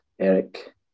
Eric